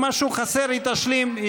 אם משהו חסר, היא תשלים.